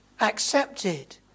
Accepted